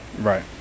Right